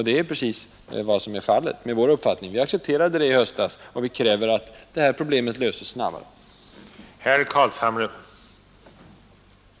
Just så förhåller det sig med vår uppfattning: Vi accepterade det som skedde i höstas, och vi kräver att marginalbelastningsproblemet löses snabbare än vad som blir fallet om man nöjer sig med den proposition vi nu behandlar.